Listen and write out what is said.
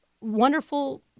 wonderful